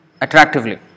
attractively